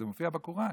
זה מופיע בקוראן.